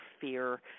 fear